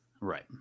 Right